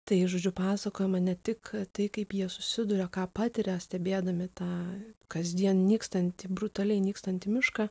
tai žodžiu pasakojama ne tik tai kaip jie susiduria ką patiria stebėdami tą kasdien nykstantį brutaliai nykstantį mišką